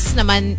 naman